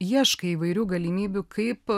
ieškai įvairių galimybių kaip